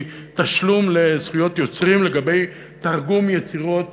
מתשלום לזכויות יוצרים לגבי תרגום יצירות